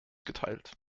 geteilt